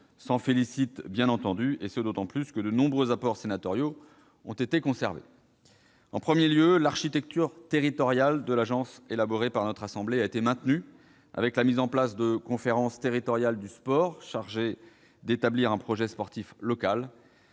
s'en félicite, bien entendu, et ce d'autant plus que de nombreux apports sénatoriaux ont été conservés. En premier lieu, l'architecture territoriale de l'agence, élaborée par notre assemblée, a été maintenue, avec la mise en place de conférences territoriales du sport chargées d'établir un projet sportif local,